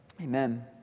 Amen